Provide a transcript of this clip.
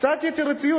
קצת יצירתיות.